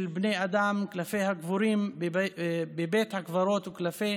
בני אדם כלפי הקבורים בבית הקברות וכלפי